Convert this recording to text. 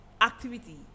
activity